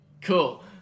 Cool